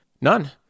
None